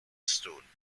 stone